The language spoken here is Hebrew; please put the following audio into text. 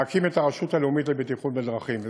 להקים את הרשות לבטיחות בדרכים.